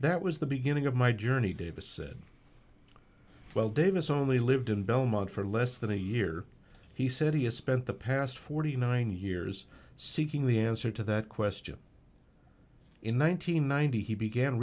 that was the beginning of my journey davis said well davis only lived in belmont for less than a year he said he has spent the past forty nine years seeking the answer to that question in one nine hundred ninety he began